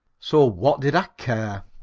so what did i care?